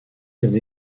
donné